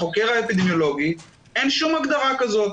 לחוקר האפידמיולוגי אין שום הגדרה כזאת.